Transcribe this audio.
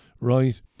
right